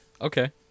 Okay